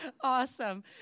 Awesome